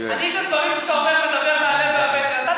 אני את הדברים שאתה אומר מדבר מהלב והבטן.